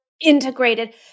integrated